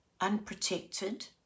unprotected